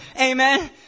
Amen